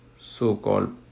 so-called